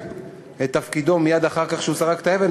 את תפקידו מייד אחרי שהוא זרק את האבן,